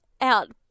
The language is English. out